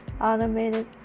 automated